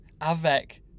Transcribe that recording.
avec